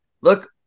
look